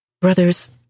Brothers